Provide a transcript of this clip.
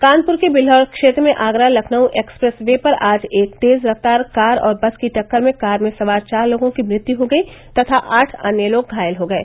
कानपुर के बिल्हौर क्षेत्र में आगरा लखनऊ एक्सप्रेस वे पर आज एक तेज रफ्तार कार और बस की टक्कर में कार में सवार चार लोगों की मृत्यु हो गयी तथा आठ अन्य लोग घायल हो गये